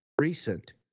recent